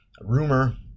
rumor